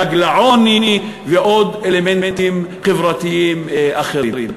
גג לעוני ועוד אלמנטים חברתיים אחרים.